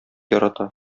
ярата